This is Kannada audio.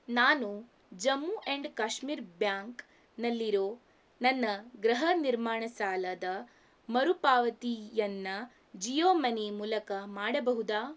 ನಾನು ಜಮ್ಮು ಆ್ಯಂಡ್ ಕಾಶ್ಮೀರ್ ಬ್ಯಾಂಕ್ನಲ್ಲಿರೋ ನನ್ನ ಗೃಹ ನಿರ್ಮಾಣ ಸಾಲದ ಮರುಪಾವತಿಯನ್ನು ಜಿಯೋ ಮನಿ ಮೂಲಕ ಮಾಡಬಹುದಾ